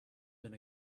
been